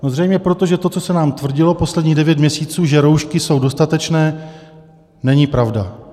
No zřejmě proto, že to, co se nám tvrdilo posledních devět měsíců, že roušky jsou dostatečné, není pravda.